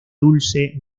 dulce